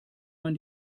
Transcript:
man